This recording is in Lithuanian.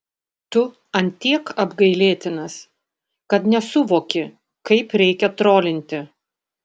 tu ant tiek apgailėtinas kad nesuvoki kaip reikia trolinti